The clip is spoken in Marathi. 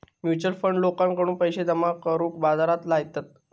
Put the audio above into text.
म्युच्युअल फंड लोकांकडून पैशे जमा करून बाजारात लायतत